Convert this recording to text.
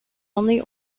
only